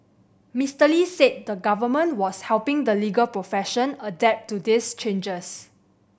Mister Lee said the Government was helping the legal profession adapt to these changes